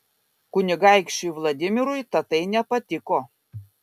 kunigaikščiui vladimirui tatai nepatiko